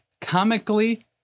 comically